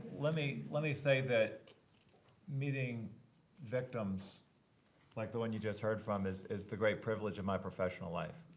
let me let me say that meeting victims like the one you just heard from is is the great privilege of my professional life.